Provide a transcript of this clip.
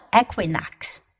equinox